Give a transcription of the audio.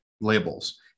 labels